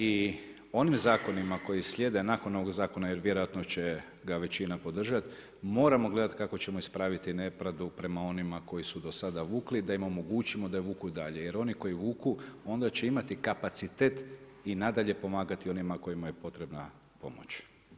I onim zakonima koji slijede nakon ovog zakona jer vjerojatno će ga većina podržati moramo gledati kako ćemo ispraviti nepravdu prema onima koji su do sada vukli da im omogućimo da vuku i dalje jer oni koji vuku onda će imati kapacitet i nadalje pomagati onima kojima je potrebna pomoć.